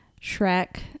shrek